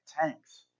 tanks